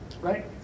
Right